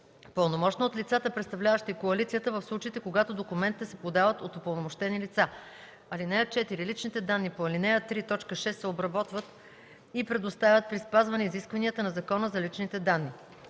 пълномощно от лицата, представляващи коалицията, в случаите когато документите се подават от упълномощени лица. (4) Личните данни по ал. 3, т. 6 се обработват и предоставят при спазване изискванията на Закона за защита на